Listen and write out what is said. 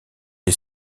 est